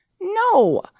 No